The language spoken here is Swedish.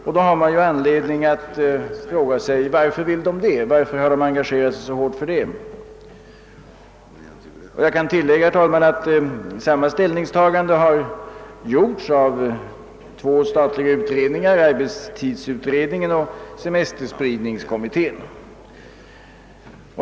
Man har då anledning att fråga sig varför dessa organisationer engagerat sig så hårt för detta krav. Jag kan tillägga, herr talman, att samma ställningstagande har gjorts av två statliga utredningar, nämligen 1963 års arbetstidsutredning och semesterspridningskommittén.